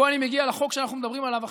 פה אני מגיע לחוק שאנחנו מדברים עליו עכשיו.